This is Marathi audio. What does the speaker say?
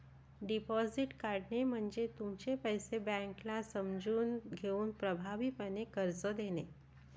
डिपॉझिट काढणे म्हणजे तुमचे पैसे बँकेला समजून घेऊन प्रभावीपणे कर्ज देणे